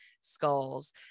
skulls